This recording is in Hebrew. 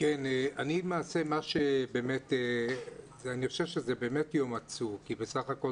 אני למעשה חושב שזה באמת יום עצוב כי בסך הכול